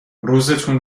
روزتون